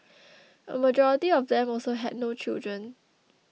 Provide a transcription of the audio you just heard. a majority of them also had no children